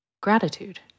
gratitude